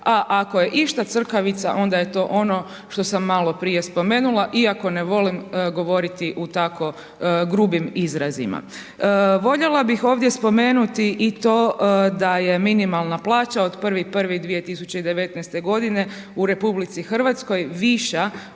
a ako je išta crkavica onda je to ono što sam malo prije spomenula iako ne volim govoriti u tako grubim izrazima. Voljela bih ovdje spomenuti i to da je minimalna plaća od 01.01. 2019. godine u Republici Hrvatskoj viša